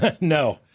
No